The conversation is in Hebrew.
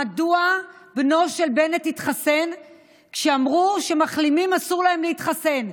מדוע בנו של בנט התחסן כשאמרו שלמחלימים אסור להתחסן?